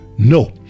No